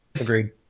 Agreed